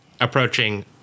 approaching